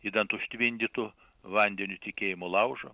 idant užtvindytų vandeniu tikėjimo laužą